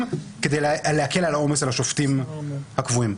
כדי להקל את העומס על השופטים הקבועים.